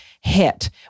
hit